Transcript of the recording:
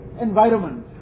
environment